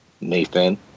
Nathan